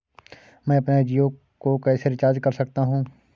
मैं अपने जियो को कैसे रिचार्ज कर सकता हूँ?